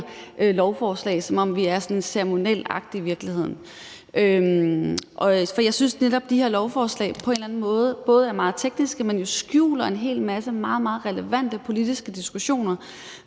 lovforslag, som om vi er sådan en ceremoniel akt, i virkeligheden. For jeg synes netop, at de her lovforslag på en eller anden måde både er meget tekniske, men jo også skjuler en hel masse meget, meget relevante politiske diskussioner,